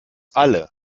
alle